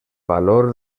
valor